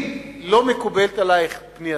אם לא מקובלת עלייך פנייתי,